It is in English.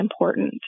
important